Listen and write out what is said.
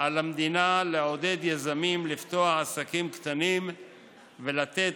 על המדינה לעודד יזמים לפתוח עסקים קטנים ולתת